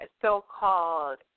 so-called